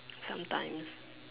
sometimes